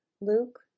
Luke